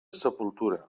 sepultura